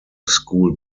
school